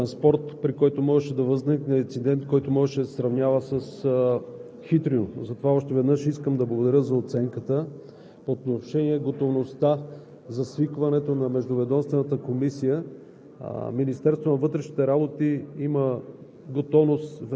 един вагон от жп транспорта, при който можеше да възникне инцидент, който можеше да се сравнява с Хитрино. Затова още веднъж искам да благодаря за оценката. По отношение готовността за свикването на Междуведомствената комисия,